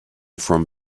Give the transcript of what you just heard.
from